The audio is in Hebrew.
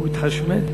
הוא מתחשמל.